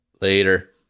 Later